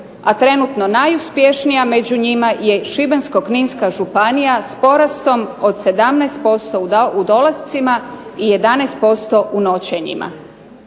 a trenutno najuspješnija među njima je Šibensko-kninska županija s porastom od 17% u dolascima i 11% u noćenjima.